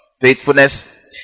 Faithfulness